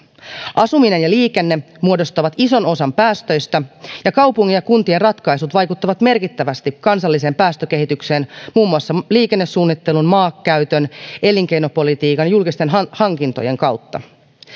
asuminen ja liikenne muodostavat ison osan päästöistä ja kaupunkien ja kuntien ratkaisut vaikuttavat merkittävästi kansalliseen päästökehitykseen muun muassa liikennesuunnittelun maankäytön elinkeinopolitiikan ja julkisten hankintojen kautta